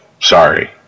Sorry